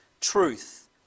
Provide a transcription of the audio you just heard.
truth